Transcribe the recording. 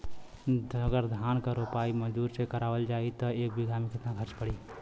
अगर धान क रोपाई मजदूर से करावल जाई त एक बिघा में कितना खर्च पड़ी?